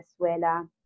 Venezuela